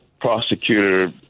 prosecutor